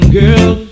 girl